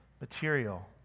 material